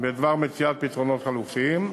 בדבר מציאת פתרונות חלופיים.